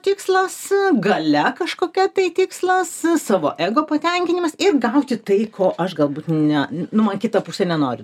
tikslas galia kažkokia tai tikslas savo ego patenkinimas ir gauti tai ko aš galbūt ne nu matyt ta pusė nenori dar